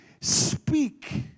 speak